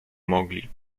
mogli